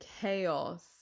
chaos